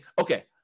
okay